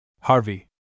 Harvey